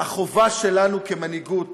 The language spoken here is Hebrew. החובה שלנו כמנהיגות